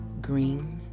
Green